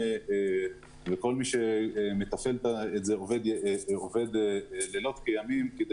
כל מי שמתפעל את זה עובד לילות כימים כדי